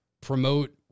promote